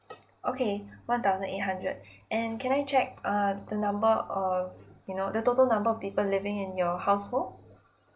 okay one thousand eight hundred and can I check uh the number of you know the total number of people living in your household